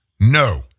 no